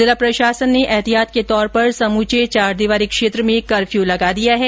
जिला प्रशासन ने एतिहात के तौर पर समूचे चार दीवारी क्षेत्र में कर्फ्यू लगा दिया है